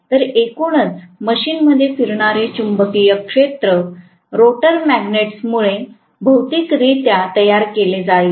तर एकूणच मशीनमध्ये फिरणारे चुंबकीय क्षेत्र रोटर मॅग्नेट्समुळे भौतिकरित्या तयार केले जाईल